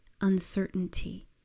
uncertainty